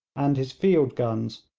and his field guns,